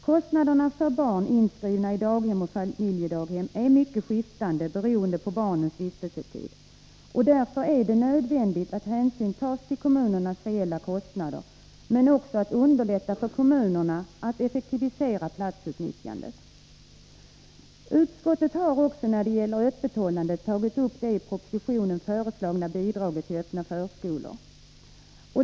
Kostnaderna för barn inskrivna i daghem och i familjedaghem är mycket skiftande beroende på barnens vistelsetid. Därför är det nödvändigt att ta hänsyn till kommunernas reella kostnader men också att underlätta för kommunerna att effektivisera platsutnyttjandet. Utskottet har också när det gäller öppethållandet tagit upp det i propositionen föreslagna bidraget till öppna förskolor.